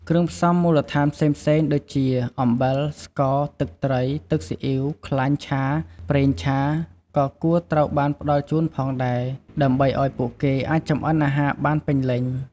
គ្រឿងផ្សំមូលដ្ឋានផ្សេងៗ ដូចជា អំបិល ស្ករ ទឹកត្រី ទឹកស៊ីអុីវ ខ្លាញ់ឆា ប្រេងឆា ក៏គួរត្រូវបានផ្តល់ជូនផងដែរ ដើម្បីឱ្យពួកគេអាចចម្អិនអាហារបានពេញលេញ។